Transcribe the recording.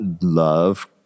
love